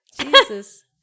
Jesus